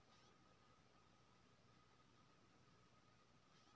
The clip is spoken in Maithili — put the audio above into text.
सबसे सुन्दर पसु के चारा कोन होय छै?